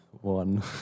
One